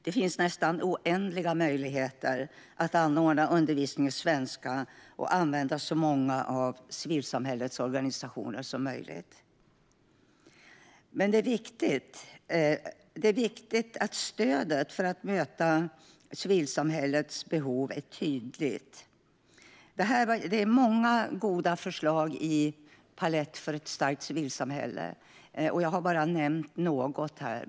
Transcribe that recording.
Det finns nästan oändliga möjligheter att anordna undervisning i svenska och använda så många av civilsamhällets organisationer som möjligt. Det är viktigt att stödet för att möta civilsamhällets behov är tydligt. Det är många goda förslag i Palett för ett stärkt civilsamhälle , och jag har bara nämnt några här.